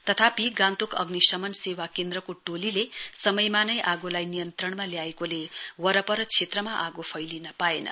तथापि गान्तोक अग्नि शमन सेवा केन्द्रको टोलीले समयमा नै आगोलाई नियन्त्रणमा ल्याएकोले वरपर क्षेत्रमा फैलिन पाएन